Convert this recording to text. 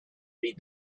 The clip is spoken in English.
read